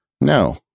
No